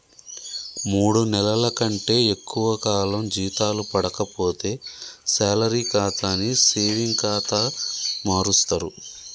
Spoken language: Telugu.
మూడు నెలల కంటే ఎక్కువ కాలం జీతాలు పడక పోతే శాలరీ ఖాతాని సేవింగ్ ఖాతా మారుస్తరు